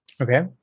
Okay